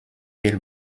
pale